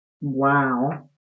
Wow